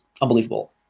unbelievable